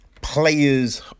players